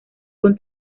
con